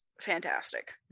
fantastic